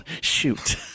shoot